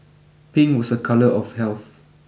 Pink was a colour of health